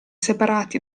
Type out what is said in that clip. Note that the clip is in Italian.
separati